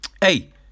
hey